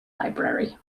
library